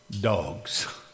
dogs